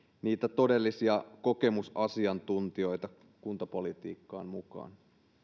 niitä todellisia kokemusasiantuntijoita kuntapolitiikkaan mukaan